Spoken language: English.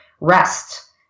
rest